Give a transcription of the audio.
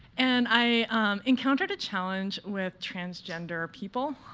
and i encountered a challenge with transgender people,